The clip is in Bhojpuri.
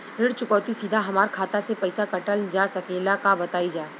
ऋण चुकौती सीधा हमार खाता से पैसा कटल जा सकेला का बताई जा?